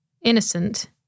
innocent